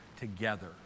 together